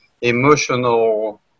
emotional